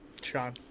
Sean